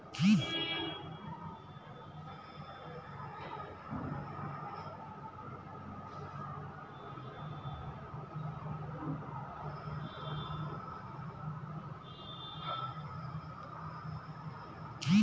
tractor भी कई तरह के होलन